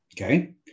okay